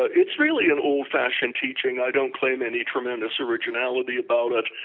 ah it's really an old fashioned teaching. i don't claim any tremendous originality about it.